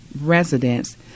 residents